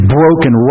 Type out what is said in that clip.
broken